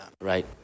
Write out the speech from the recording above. right